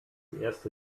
erste